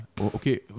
Okay